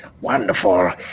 Wonderful